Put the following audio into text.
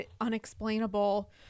unexplainable